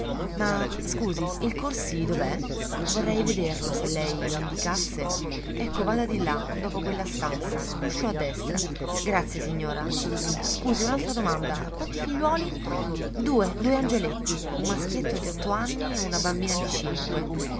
ma scusi il corsi dov'è vorrei vederlo se lei m'indicasse ecco vada di là dopo quella stanza l'uscio a destra grazie signora scusi un'altra domanda quanti figliuoli due due angioletti un maschietto di otto anni una bambina di cinque